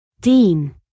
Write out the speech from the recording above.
Dean